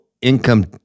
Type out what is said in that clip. income